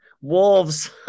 wolves